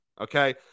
okay